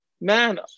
man